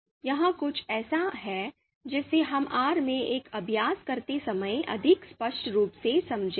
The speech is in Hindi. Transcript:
यह कुछ ऐसा है जिसे हम R में एक अभ्यास करते समय अधिक स्पष्ट रूप से समझेंगे